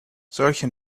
solche